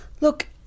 look